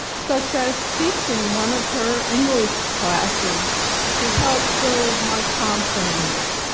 such as teaching one of her english classes to help build my confidence.